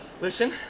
Listen